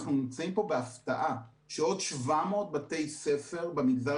אנחנו נמצאים פה בהפתעה שעוד 700 בתי ספר במגזר